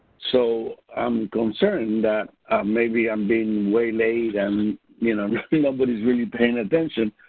so i'm concerned that maybe i'm being waylaid and you know nobody's really paying attention.